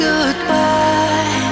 Goodbye